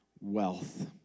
wealth